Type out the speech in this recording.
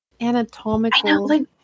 anatomical